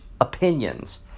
opinions